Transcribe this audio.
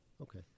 Okay